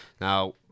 now